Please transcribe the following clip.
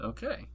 Okay